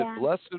Blessed